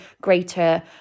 greater